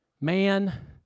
man